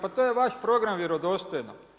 Pa to je vaš program „Vjerodostojno“